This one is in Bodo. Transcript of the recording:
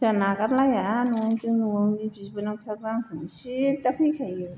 जा नागारलाया न'जों न'आवनो बिबोनांफ्राबो आंखौनो सिद्दा फैखायो